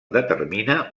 determina